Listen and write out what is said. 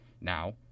Now